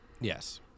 Yes